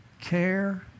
Care